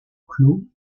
clôt